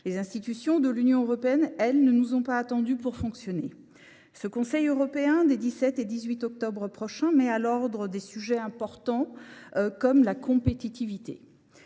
Les institutions de l’Union européenne, elles, ne nous ont pas attendus pour fonctionner. Ce Conseil européen des 17 et 18 octobre prochains met à l’ordre du jour des sujets importants, comme la compétitivité.